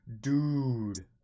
dude